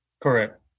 Correct